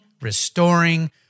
Restoring